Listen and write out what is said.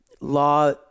law